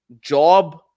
job